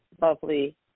lovely